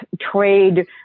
trade